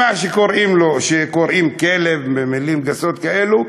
שקוראים לו "כלב" ומילים גסות כאלה,